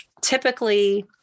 typically